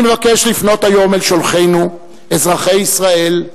אני מבקש לפנות היום אל שולחינו, אזרחי ישראל,